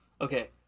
Okay